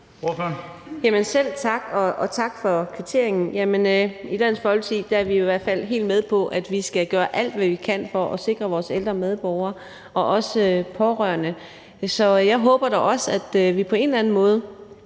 selv tak og tak for kvitteringen. I Dansk Folkeparti er vi i hvert fald helt med på, at vi skal gøre alt, hvad vi kan, for at sikre vores ældre medborgere og også pårørende. Så jeg håber da også, at vi på en eller anden måde